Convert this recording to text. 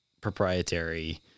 proprietary